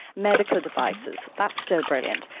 medical devices, that's still brilliant.